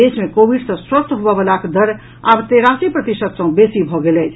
देश मे कोविड सँ स्वस्थ होबऽ वलाक दर आब तेरासी प्रतिशत सँ बेसी भऽ गेल अछि